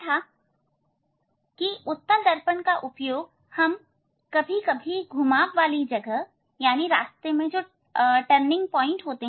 आप यह भी देख सकते हैं कि दर्पण का उपयोग हम कभी कभी घुमाव वाली जगह पर अर्थात रास्ते में टर्निंग पॉइंट पर करते हैं